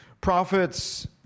Prophets